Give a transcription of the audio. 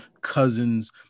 cousins